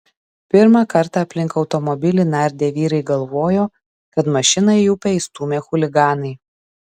pirmą kartą aplink automobilį nardę vyrai galvojo kad mašiną į upę įstūmė chuliganai